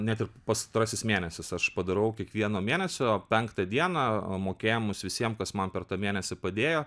net ir pastarasis mėnesis aš padarau kiekvieno mėnesio penktą dieną mokėjimus visiem kas man per tą mėnesį padėjo